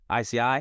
ICI